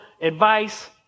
advice